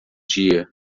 dia